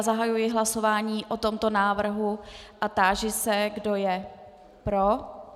Zahajuji hlasování o tomto návrhu a táži se, kdo je pro.